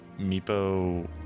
Meepo